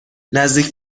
نزدیک